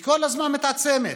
היא כל הזמן מתעצמת,